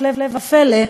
הפלא ופלא,